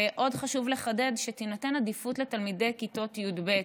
ועוד חשוב לחדד שתינתן עדיפות לתלמידי כיתות י"ב,